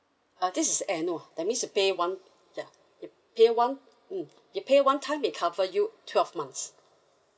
ah this is annual that means you pay one ya you pay one mm you pay one time it cover you twelve months